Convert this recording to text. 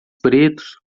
pretos